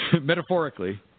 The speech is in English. Metaphorically